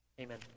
amen